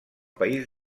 país